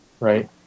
Right